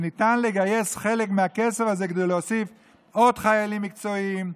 ושניתן לגייס חלק מהכסף הזה כדי להוסיף עוד חיילים מקצועיים,